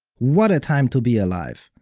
what a time to be alive.